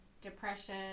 depression